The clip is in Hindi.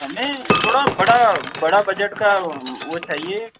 हमें थोड़ा बड़ा बड़ा बजट का वो चाहिए